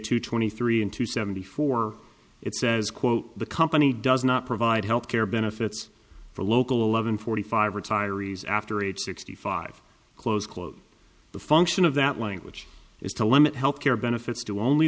two twenty three in two seventy four it says quote the company does not provide health care benefits for local eleven forty five retirees after age sixty five close quote the function of that language is to limit health care benefits to only